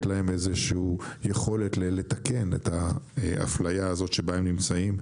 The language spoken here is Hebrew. להם יכולת לתקן את האפליה הזאת שבה הם נמצאים.